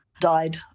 died